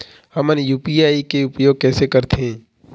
हमन यू.पी.आई के उपयोग कैसे करथें?